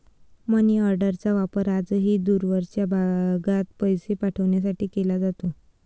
मनीऑर्डरचा वापर आजही दूरवरच्या भागात पैसे पाठवण्यासाठी केला जातो